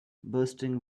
bursting